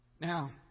Now